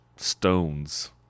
Stones